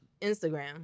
Instagram